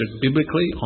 biblically